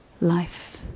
life